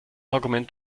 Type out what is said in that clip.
argument